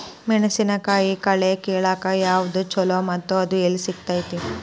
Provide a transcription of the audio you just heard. ಮೆಣಸಿನಕಾಯಿ ಕಳೆ ಕಿಳಾಕ್ ಯಾವ್ದು ಛಲೋ ಮತ್ತು ಅದು ಎಲ್ಲಿ ಸಿಗತೇತಿ?